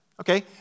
Okay